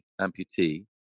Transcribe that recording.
amputee